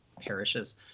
parishes